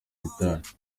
gitari